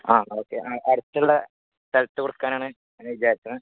ആ ഓക്കെ അടുത്തുള്ള സ്ഥലത്ത് കൊടുക്കാനാണ് വിചാരിക്കുന്നത്